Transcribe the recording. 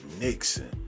Nixon